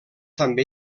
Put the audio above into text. també